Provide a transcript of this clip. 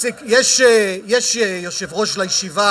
יש יושב-ראש לישיבה.